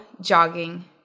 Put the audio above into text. jogging